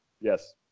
Yes